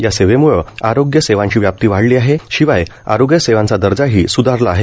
या सेवेमळं आरोग्यसेवांची व्याप्ती वाढली आहेच शिवाय आरोग्य सेवांचा दर्जाही सुधारला आहे